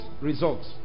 results